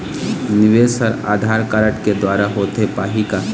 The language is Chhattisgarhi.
निवेश हर आधार कारड के द्वारा होथे पाही का?